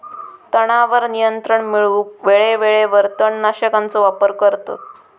तणावर नियंत्रण मिळवूक वेळेवेळेवर तण नाशकांचो वापर करतत